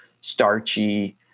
starchy